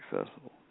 accessible